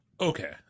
Okay